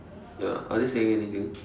ya are they saying anything